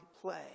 play